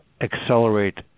accelerate